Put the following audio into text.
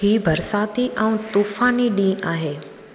हीअ बरसाती ऐं तूफानी ॾींहुं आहे